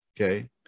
Okay